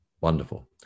wonderful